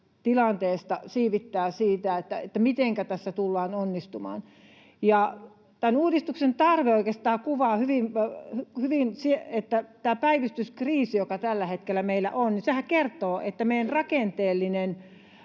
tilanteesta siivittävät sitä, mitenkä tässä tullaan onnistumaan. Tämän uudistuksen tarve oikeastaan kuvaa hyvin sitä, että päivystyskriisi, joka tällä hetkellä meillä on, sehän kertoo, että meidän rakenteellinen